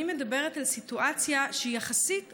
אני מדברת על סיטואציה שהיא יחסית חדשה,